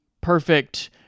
perfect